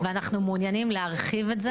ואנחנו מעוניינים להרחיב את זה,